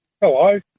Hello